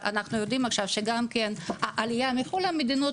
אבל אנו יודעים שגם העלייה מכל המדינות